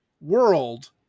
world